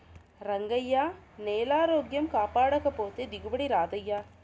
రంగయ్యా, నేలారోగ్యం కాపాడకపోతే దిగుబడి రాదయ్యా